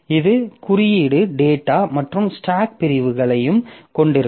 இது குகுறியீடு டேட்டா மற்றும் ஸ்டாக் பிரிவுகளையும் கொண்டிருக்கும்